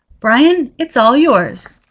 brian, it's all yours.